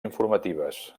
informatives